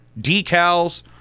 decals